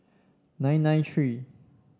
nine nine three